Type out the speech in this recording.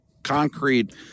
Concrete